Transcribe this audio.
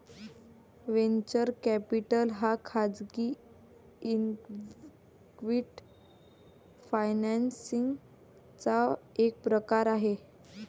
venture capital हा खाजगी equity financing चा एक प्रकार आहे